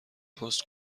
پست